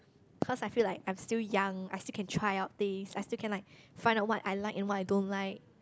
cause I feel like I'm still young I still can try out things I still can like find out what I like and what I don't like